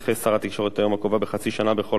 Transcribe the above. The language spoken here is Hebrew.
התקשורת את היום הקובע בחצי שנה בכל פעם,